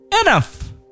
Enough